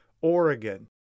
Oregon